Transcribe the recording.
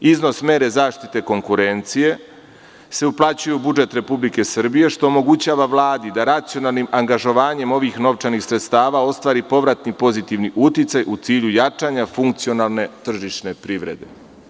Iznos mere zaštite konkurencije se uplaćuje u budžet Republike Srbije, što omogućava Vladi da racionalnim angažovanjem ovih novčanih sredstava ostvari povratni pozitivni uticaj u cilju jačanja funkcionalne tržišne privrede.